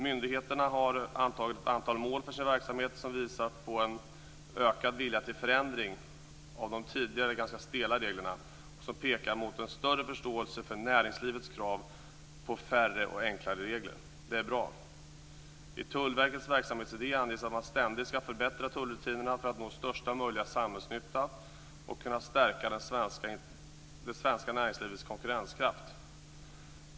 Myndigheterna har antagit ett antal mål för sin verksamhet som visar på en ökad vilja till förändring av de tidigare ganska stela reglerna och som pekar mot en större förståelse för näringslivets krav på färre och enklare regler. Det är bra. I Tullverkets verksamhetsidé anges att man ständigt ska förbättra tullrutinerna för att nå största möjliga samhällsnytta och kunna stärka det svenska näringslivets konkurrenskraft.